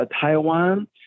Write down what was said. Taiwan